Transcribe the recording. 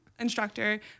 instructor